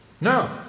No